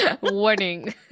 Warning